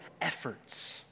efforts